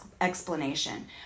explanation